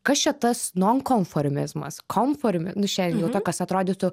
kas čia tas nonkonformizmas komformi nu šiandien jau tokios atrodytų